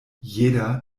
jeder